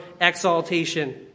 exaltation